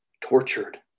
tortured